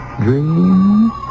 dreams